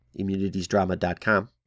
immunitiesdrama.com